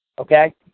Okay